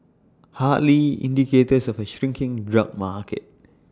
hardly indicators of A shrinking drug market